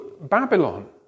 Babylon